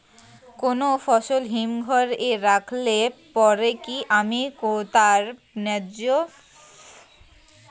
কোনো ফসল হিমঘর এ রাখলে পরে কি আমি তার ন্যায্য মূল্য পাব?